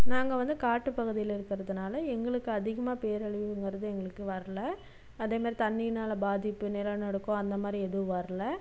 நாங்கள் வந்து காட்டுப் பகுதியில இருக்கிறதுனால எங்களுக்கு அதிகமாக பேரழிவுங்குறது எங்களுக்கு வரலை அதே மாதிரி தண்ணினால் பாதிப்பு நிலநடுக்கம் அந்த மாதிரி எதுவும் வரலை